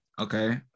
okay